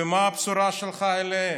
ומה הבשורה שלך אליהם?